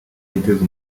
biteze